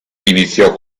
iniziò